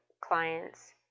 clients